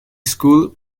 school